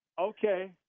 okay